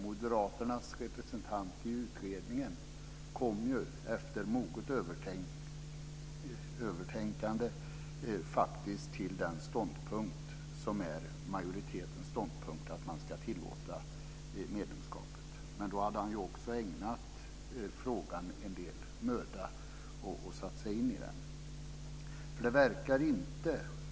Moderaternas representant i utredningen kom efter moget övervägande faktiskt fram till den ståndpunkt som är majoritetens ståndpunkt - att man ska tillåta medborgarskapet. Men så hade han också ägnat frågan en del möda och satt sig in i den. Fru talman!